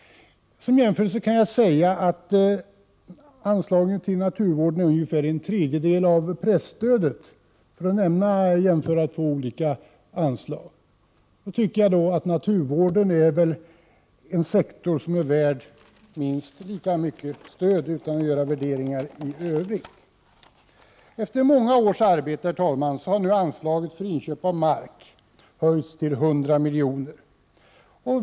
Som jämförelse kan jag säga att anslagen till naturvården är ungefär en tredjedel av anslagen till presstödet. Jag tycker att naturvården är en sektor som är värd minst lika mycket stöd — utan några värderingar i övrigt. Efter många års arbete, herr talman, har nu anslaget för inköp av mark höjts till 100 milj.kr.